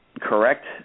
correct